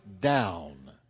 down